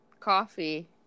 Coffee